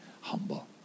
humble